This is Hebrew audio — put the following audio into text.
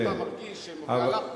אם אתה מרגיש שבמהלך,